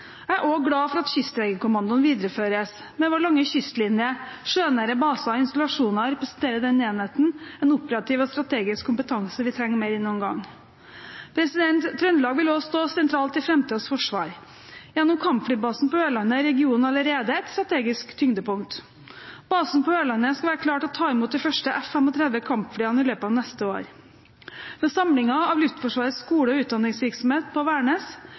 Jeg er også glad for at Kystjegerkommandoen videreføres. Med vår lange kystlinje, sjønære baser og installasjoner representerer denne enheten en operativ og strategisk kompetanse vi trenger mer enn noen gang. Trøndelag vil også stå sentralt i framtidens forsvar. Gjennom kampflybasen på Ørland er regionen allerede et strategisk tyngdepunkt. Basen på Ørland skal være klar til å ta imot de første F-35-kampflyene i løpet av neste år. Med samlingen av Luftforsvarets skole- og utdanningsvirksomhet på